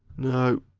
no,